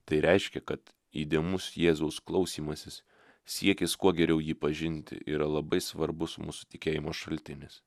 tai reiškia kad įdėmus jėzaus klausymasis siekis kuo geriau jį pažinti yra labai svarbus mūsų tikėjimo šaltinis